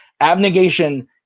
abnegation